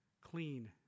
clean